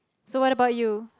so what about you